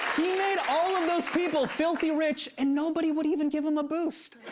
he made all of those people filthy rich, and nobody would even give him a boost.